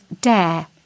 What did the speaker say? Dare